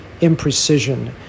imprecision